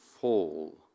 fall